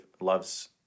loves